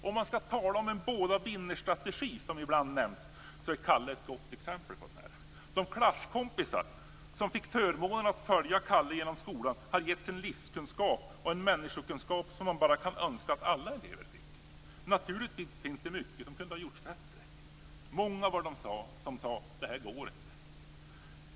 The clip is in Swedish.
Om man ska tala om en båda-vinner-strategi, som man ibland gör, är Kalle ett gott exempel på det. De klasskompisar som fick förmånen att följa Kalle genom skolan har getts en livskunskap och en människokunskap som man bara kan önska att alla elever fick. Naturligtvis finns det mycket som kunde ha gjorts bättre. Många var de som sade att det här går inte.